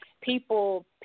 People